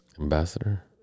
Ambassador